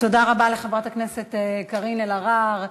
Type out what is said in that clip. תודה רבה לחברת הכנסת קארין אלהרר.